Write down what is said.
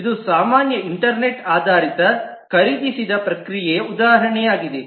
ಇದು ಸಾಮಾನ್ಯ ಇಂಟರ್ನೆಟ್ ಆಧಾರಿತ ಖರೀದಿಸಿದ ಪ್ರಕ್ರಿಯೆಯ ಉದಾಹರಣೆಯಾಗಿದೆ